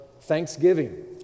thanksgiving